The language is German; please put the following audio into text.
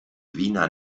wiener